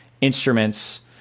instruments